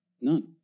None